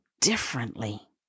differently